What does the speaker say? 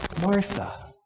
Martha